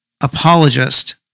apologist